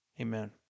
Amen